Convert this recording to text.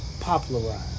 popularize